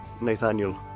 Nathaniel